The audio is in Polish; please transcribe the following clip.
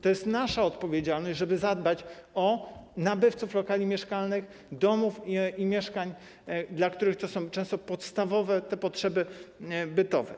To jest nasza odpowiedzialność, żeby zadbać o nabywców lokali mieszkalnych, domów i mieszkań, dla których to są często podstawowe potrzeby bytowe.